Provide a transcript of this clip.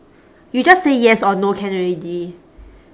you just say yes or no can already